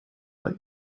let